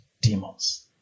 demons